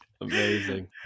Amazing